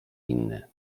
inny